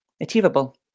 achievable